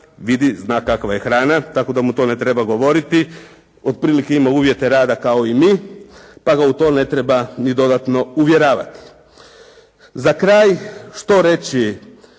nama. Zna kakva je hrana tako da mu to ne treba govoriti. Otprilike ima uvjete rada kao i mi pa ga u to ne treba ni dodatno uvjeravati. Za kraj što reći?